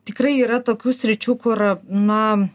tikrai yra tokių sričių kur na